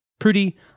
Prudy